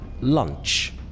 lunch